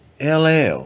LL